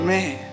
Man